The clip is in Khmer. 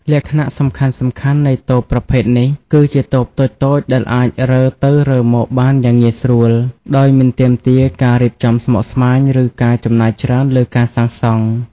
លក្ខណៈសំខាន់ៗនៃតូបប្រភេទនេះគឺ ជាតូបតូចៗដែលអាចរើទៅរើមកបានយ៉ាងងាយស្រួល ដោយមិនទាមទារការរៀបចំស្មុគស្មាញ ឬការចំណាយច្រើនលើការសាងសង់។